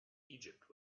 egypt